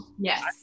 Yes